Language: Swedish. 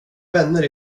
vänner